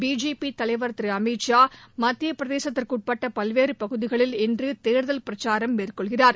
BJP தலைவர் திரு அமித் ஷா மத்திய பிரதேசத்திற்குட்பட்ட பல்வேறு பகுதிகளில் இன்று தேர்தல் பிரச்சாரம் மேற்கொள்கிறார்